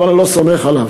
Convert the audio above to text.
אבל אני לא סומך עליו.